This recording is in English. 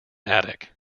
attic